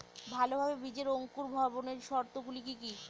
ভালোভাবে বীজের অঙ্কুর ভবনের শর্ত গুলি কি কি?